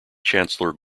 chancellor